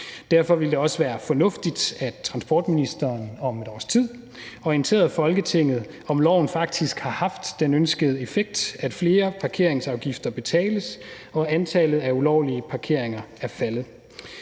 Derfor ville det også være fornuftigt, at transportministeren om et års tid orienterede Folketinget, om loven har haft den ønskede effekt, nemlig at flere parkeringsafgifter er blevet betalt og antallet af ulovlige parkeringer er faldet.